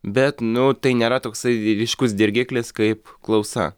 bet nu tai nėra toksai ryškus dirgiklis kaip klausa